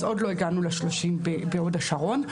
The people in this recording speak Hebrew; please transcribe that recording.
אז עוד לא הגענו ל-30% כמו בהוד השרון,